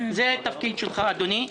זה התפקיד שלך, אדוני.